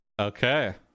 Okay